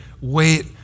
Wait